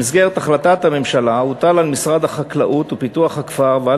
במסגרת החלטת הממשלה הוטל על משרד החקלאות ופיתוח הכפר ועל